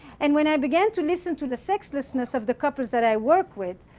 and when i began to listen to the sexlessness of the couples that i work with,